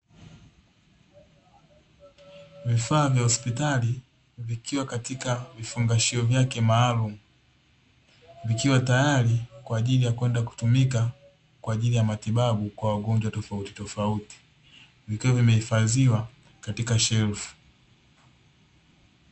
Vifaa vya hospitali vikiwa katika vifungashio vyake maalumu, vikiwa tayari kwaajili ya kwenda kutumika kwa ajili ya matibabu kwa wagonjwa tofautitofauti, vikiwa vimehifadhiwa katika shelfu.